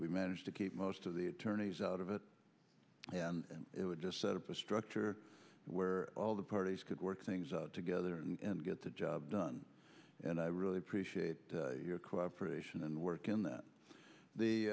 we managed to keep most of the attorneys out of it and it would just set up a structure where all the parties could work things out together and get the job done and i really appreciate your cooperation and work in that the